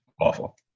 awful